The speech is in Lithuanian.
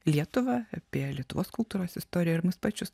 lietuvą apie lietuvos kultūros istoriją ir mus pačius